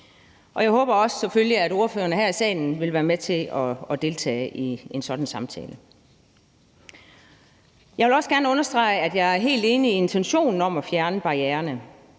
Jeg håber selvfølgelig også, at ordførerne her i salen vil være med til at deltage i en sådan samtale. Jeg vil også gerne understrege, at jeg er helt enig i intentionen om at fjerne barriererne,